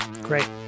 Great